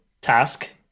task